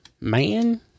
man